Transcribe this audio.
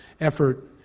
effort